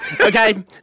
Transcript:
Okay